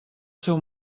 seu